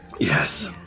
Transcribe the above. Yes